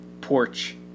porch